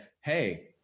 hey